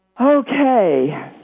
Okay